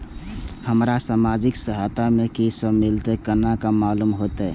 हमरा सामाजिक सहायता में की सब मिलते केना मालूम होते?